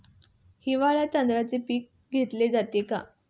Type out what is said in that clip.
हिवाळ्यात तांदळाचे पीक घेतले जाते का?